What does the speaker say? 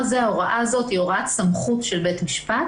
ההוראה הזאת היא הוראת סמכות של בית משפט.